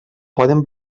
poden